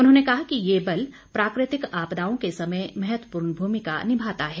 उन्होंने कहा कि यह बल प्राकृतिक आपदाओं के समय महत्वपूर्ण भूमिका निभाता है